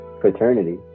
fraternity